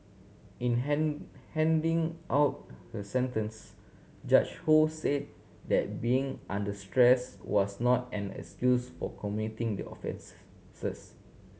in hand handing out her sentence Judge Ho said that being under stress was not an excuse for committing the offence